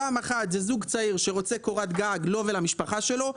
פעם אחת זה זוג צעיר שרוצה קורת גג לו ולמשפחה שלו.